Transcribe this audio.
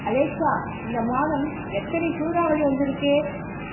Alexa இந்த மாதம் எத்தனை சூறாவளி வந்துருக்கு